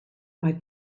mae